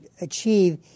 achieve